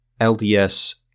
LDS